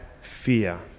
fear